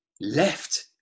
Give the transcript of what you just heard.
left